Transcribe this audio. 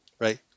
right